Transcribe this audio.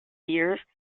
years